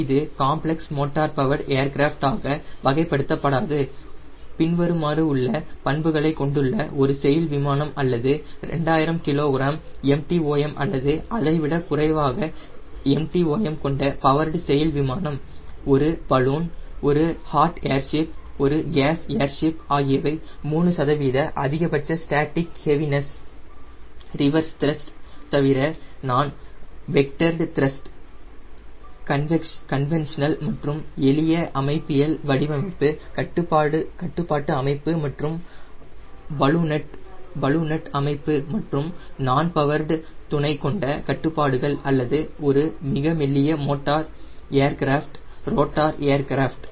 இது complex motor powered aircraft ஆக வகைப்படுத்தப்படாதது பின்வருமாறு உள்ள பண்புகளை கொண்டுள்ள ஒரு செயில் விமானம் அல்லது 2000 kg MTOM அல்லது அதைவிட குறைவாக MTOM கொண்ட பவர்டு செயில் விமானம் ஒரு பலூன் ஒரு ஹாட் ஏர்ஷிப் ஒரு கேஸ் ஏர்ஷிப் ஆகியவை 3 சதவீத அதிகபட்ச ஸ்டேட்டிக் ஹெவினஸ் ரிவர்ஸ் த்ரஸ்ட்டை தவிர நான் வெக்டர்டு த்ரஸ்ட் கன்வென்ஷனல் மற்றும் எளிய அமைப்பியல் வடிவமைப்பு கட்டுப்பாட்டு அமைப்பு மற்றும் பலூனட் அமைப்பு மற்றும் நான் பவர் துணை கொண்ட கட்டுப்பாடுகள் அல்லது ஒரு மிக மெல்லிய ரோட்டார் ஏர்கிராஃப்ட் ரோட்டார் ஏர்கிராஃப்ட்